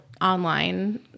online